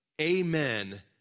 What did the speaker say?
amen